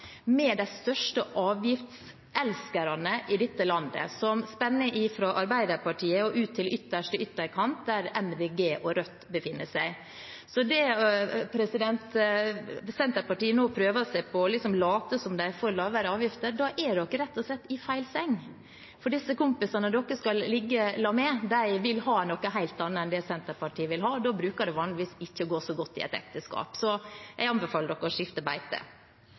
med de største avgiftselskerne i dette landet, som spenner fra Arbeiderpartiet og ut til ytterste ytterkant, der MDG og Rødt befinner seg. Når Senterpartiet nå prøver seg og liksom later som de er for lavere avgifter, er de rett og slett i feil seng, for de kompisene de skal ligge i lag med, vil ha noe helt annet enn det Senterpartiet vil ha. Da bruker det vanligvis ikke gå så godt i et ekteskap, så jeg anbefaler dem å skifte beite.